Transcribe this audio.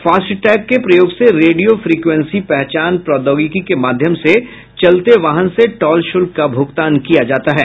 FASTag के प्रयोग से रेडियो फ्रीक्वेन्सी पहचान प्रौद्योगिकी के माध्यम से चलते वाहन से टोल शुल्क का भुगतान किया जाता है